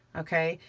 okay?